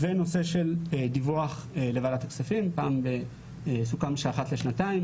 נושא של דיווח לוועדת הכספים סוכם שאחת לשנתיים